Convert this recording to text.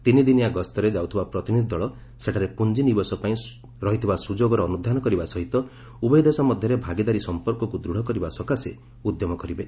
ତିନି ଦିନିଆ ଗସ୍ତରେ ଯାଉଥିବା ପତ୍ରିନିଧି ଦଳ ସେଠାରେ ପୁଞ୍ଜିନିବେଶ ପାଇଁ ରହିଥିବା ସୁଯୋଗର ଅନୁଧ୍ୟାନ କରିବା ସହିତ ଉଭୟ ଦେଶ ମଧ୍ୟରେ ଭାଗିଦାରୀ ସମ୍ପର୍କକୁ ଦୃଢ଼ କରିବା ସକାଶେ ଉଦ୍ୟମ କରିବେ